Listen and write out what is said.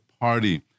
party